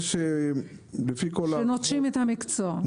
יש הרבה רוקחים שנוטשים את המקצוע.